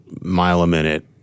mile-a-minute